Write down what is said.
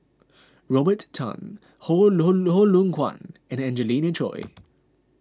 Robert Tan Hoong Loh Loh Kwan and Angelina Choy